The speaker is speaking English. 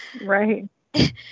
Right